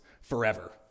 forever